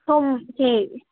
ꯁꯣꯝ ꯁꯤ